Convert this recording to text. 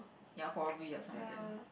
ya probably lah some of them